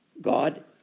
God